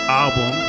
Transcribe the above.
album